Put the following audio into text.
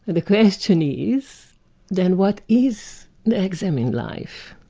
the question is then, what is the examined life?